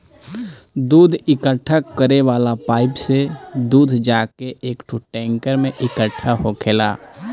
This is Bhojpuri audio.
दूध इकट्ठा करे वाला पाइप से दूध जाके एकठो टैंकर में इकट्ठा होखेला